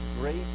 great